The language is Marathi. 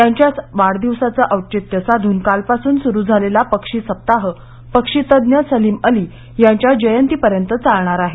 त्यांच्याच वाढदिवसाचं औचित्य साधून कालपासून सुरू झालेला पक्षी सप्ताह पक्षीतज्ज्ञ सलीम अली यांच्या जयंतीपर्यंत चालणार आहे